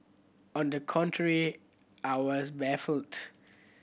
on the contrary I was baffled